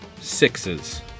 sixes